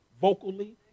vocally